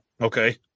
Okay